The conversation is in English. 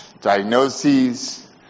Diagnoses